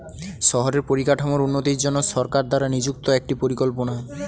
শহরের পরিকাঠামোর উন্নতির জন্য সরকার দ্বারা নিযুক্ত একটি পরিকল্পনা